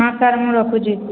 ହଁ ସାର୍ ମୁଁ ରଖୁଛି